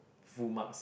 full marks